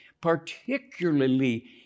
particularly